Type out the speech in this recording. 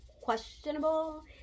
questionable